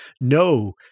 no